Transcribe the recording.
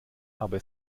aber